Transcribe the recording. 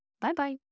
Bye-bye